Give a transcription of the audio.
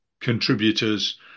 contributors